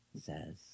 says